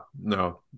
no